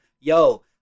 yo